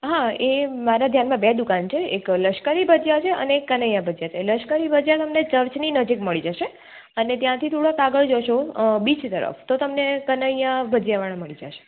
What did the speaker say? હા એ મારા ધ્યાનમાં બે દુકાન છે એક લશ્કરી ભજીયા છે અને એક કનૈયા ભજીયા છે લશ્કરી ભજીયા તમને ચર્ચની નજીક મળી જશે અને ત્યાંથી થોડાક આગળ જશો બિચ તરફ તો તમને કનૈયા ભજીયા પણ મળી જશે